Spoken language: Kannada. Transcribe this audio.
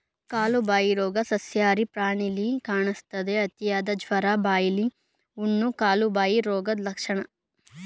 ಕಾಲುಬಾಯಿ ರೋಗ ಸಸ್ಯಾಹಾರಿ ಪ್ರಾಣಿಲಿ ಕಾಣಿಸ್ತದೆ, ಅತಿಯಾದ ಜ್ವರ, ಬಾಯಿಲಿ ಹುಣ್ಣು, ಕಾಲುಬಾಯಿ ರೋಗದ್ ಲಕ್ಷಣ